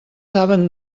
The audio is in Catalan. saben